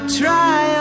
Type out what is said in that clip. try